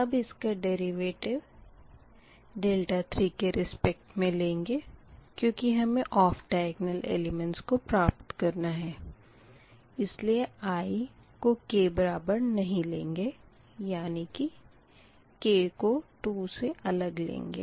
अब इसका डेरिवटिव 3 के रेसपेक्ट मे लेंगे क्यूँकि हमें ऑफ दयग्नल एलिमेंटस को प्राप्त करना है इसलिए i को k बराबर नही लेंगे यानी कि k को 2 से अलग लेंगे